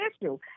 issue